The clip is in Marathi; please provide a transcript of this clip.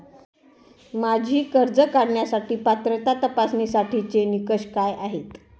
माझी कर्ज काढण्यासाठी पात्रता तपासण्यासाठीचे निकष काय आहेत?